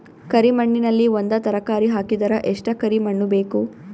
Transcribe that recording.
ಕರಿ ಮಣ್ಣಿನಲ್ಲಿ ಒಂದ ತರಕಾರಿ ಹಾಕಿದರ ಎಷ್ಟ ಕರಿ ಮಣ್ಣು ಬೇಕು?